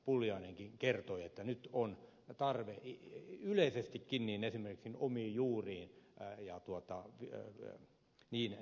pulliainenkin kertoi että nyt on tarve yleisestikin esimerkiksi omiin juuriin ja niin edelleen